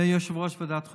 ויושב-ראש ועדת החוקה,